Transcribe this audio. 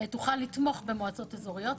תוכל לתמוך במועצות אזוריות.